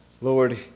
Lord